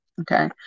Okay